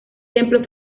templo